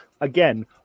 again